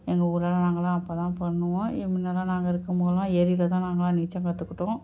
எங்கள் ஊர்லெலாம் நாங்களாம் அப்படி தான் பண்ணுவோம் முன்னெல்லாம் நாங்கக் இருக்கும் போதுலாம் ஏரியில் தான் நாங்களாம் நீச்சல் கற்றுக்கிட்டோம்